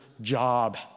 job